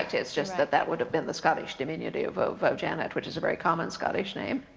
it's just that that would have been the scottish diminutive of of janet, which is a very common scottish name,